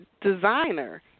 designer